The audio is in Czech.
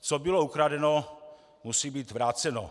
Co bylo ukradeno, musí být vráceno.